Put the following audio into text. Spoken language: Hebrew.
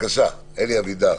אדוני,